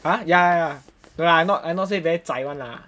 !huh! ya ya ya no lah I not I not say very zai [one] lah